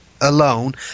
alone